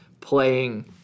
playing